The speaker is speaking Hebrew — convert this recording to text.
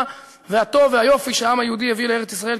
והטוב והיופי שהעם היהודי הביא לארץ-ישראל,